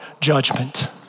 judgment